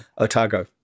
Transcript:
Otago